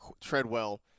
treadwell